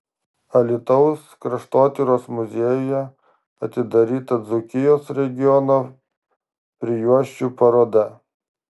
alytaus kraštotyros muziejuje atidaryta dzūkijos regiono prijuosčių paroda